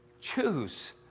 choose